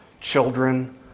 children